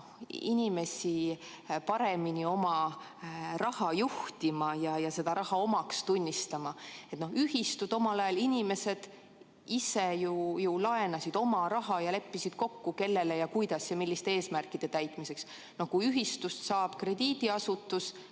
inimesi paremini oma raha juhtima ja seda raha omaks tunnistama [panna]. Ühistutes omal ajal inimesed ise ju laenasid oma raha ja leppisid kokku, kellele, kuidas ja milliste eesmärkide täitmiseks. No kui ühistust saab krediidiasutus,